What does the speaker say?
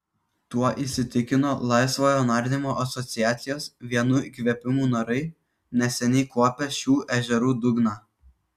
tuo įsitikino laisvojo nardymo asociacijos vienu įkvėpimu narai neseniai kuopę šių ežerų dugną